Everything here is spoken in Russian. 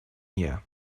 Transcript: мне